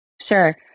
Sure